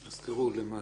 אז תראו, למעשה,